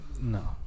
no